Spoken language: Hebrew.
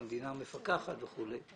המדינה מפקחת וכולי,